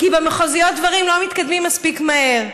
כי במחוזיות דברים לא מתקדמים מספיק מהר.